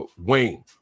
Wayne